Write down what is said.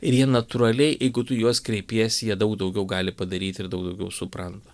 ir jie natūraliai jeigu tu į juos kreipiesi jie daug daugiau gali padaryti ir daug daugiau supranta